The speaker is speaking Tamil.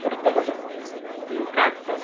குறுக்கு ரோடு ம் க்ராஸ் ரோடு